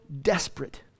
desperate